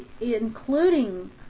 including